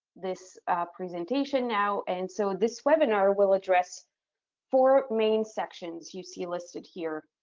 this presentation now and so this webinar will address four main sections you see listed here.